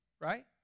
right